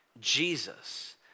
Jesus